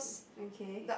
okay